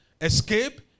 escape